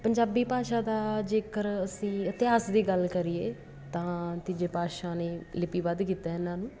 ਪੰਜਾਬੀ ਭਾਸ਼ਾ ਦਾ ਜੇਕਰ ਅਸੀਂ ਇਤਿਹਾਸ ਦੀ ਗੱਲ ਕਰੀਏ ਤਾਂ ਤੀਜੇ ਪਾਤਸ਼ਾਹ ਨੇ ਲਿਪੀਬੱਧ ਕੀਤਾ ਇਹਨਾਂ ਨੂੰ